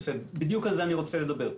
בדיוק על זה אני רוצה לדבר.